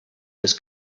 this